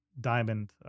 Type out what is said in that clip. diamond